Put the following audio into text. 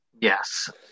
Yes